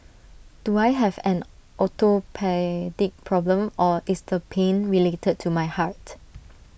do I have an orthopaedic problem or dis the pain related to my heart